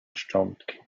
szczątki